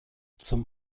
zum